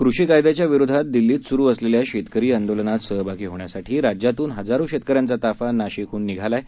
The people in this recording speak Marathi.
कृषीकायद्याच्याविरोधातदिल्लीतसुरूअसलेल्याशेतकरीआंदोलनातसहभागीहोण्यासा ठीराज्यातूनहजारोशेतकऱ्यांचाताफानाशिकह्ननिघालाआहे